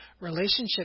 relationship